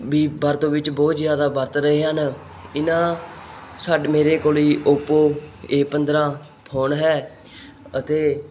ਵੀ ਵਰਤੋਂ ਵਿੱਚ ਬਹੁਤ ਜ਼ਿਆਦਾ ਵਰਤ ਰਹੇ ਹਨ ਇਹਨਾਂ ਸਾਡੇ ਮੇਰੇ ਕੋਲ ਜੀ ਓਪੋ ਏ ਪੰਦਰ੍ਹਾਂ ਫੋਨ ਹੈ ਅਤੇ